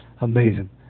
amazing